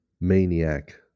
maniac